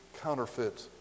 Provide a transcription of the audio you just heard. counterfeit